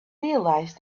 realized